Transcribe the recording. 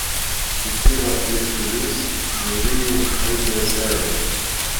sukyla šleikštulys nuryju aitrią seilę